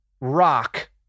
rock